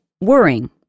worrying